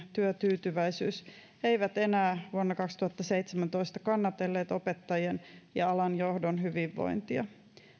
työtyytyväisyys eivät enää vuonna kaksituhattaseitsemäntoista kannatelleet opettajien ja alan johdon hyvinvointia